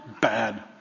bad